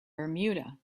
bermuda